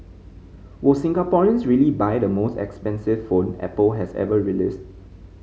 will Singaporeans really buy the most expensive phone Apple has ever released